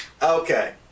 Okay